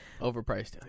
overpriced